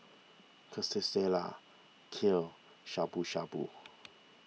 Quesadillas Kheer Shabu Shabu